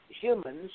humans